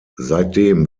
seitdem